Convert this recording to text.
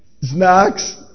Snacks